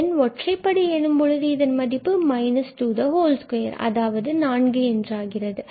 n ஒற்றைப்படை எனும் பொழுது இதன் மதிப்பு மைனஸ் 2 அதாவது நான்கு என்று ஆகிறது